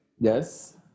yes